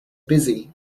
busy